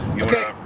Okay